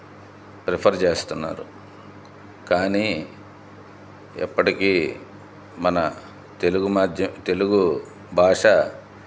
prefer చేస్తున్నారు కానీ ఎప్పటికీ మన తెలుగు మాధ్య తెలుగు భాష